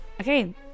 Okay